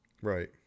Right